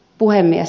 puhemies